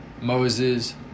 Moses